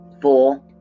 four